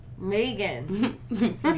Megan